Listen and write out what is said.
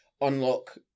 unlock